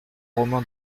romain